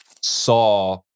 saw